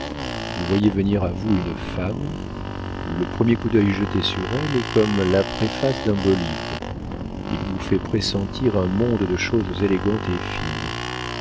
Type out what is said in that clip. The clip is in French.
vous voyez venir à vous une femme le premier coup d'œil jeté sur elle est comme la préface d'un beau livre il vous fait pressentir un monde de choses élégantes et fines